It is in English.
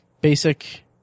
basic